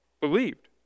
believed